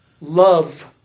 love